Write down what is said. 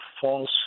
false